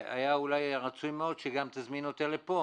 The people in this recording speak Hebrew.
והיה אולי רצוי מאוד שגם תזמין אותה לפה,